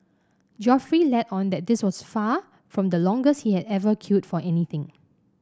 Geoffrey let on that this was far from the longest he had ever queued for anything